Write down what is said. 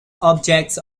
objects